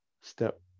step